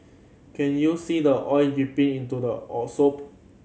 can you see the oil dripping into the all soup